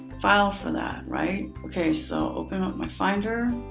file for that. right? okay. so open up my finder.